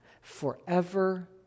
forever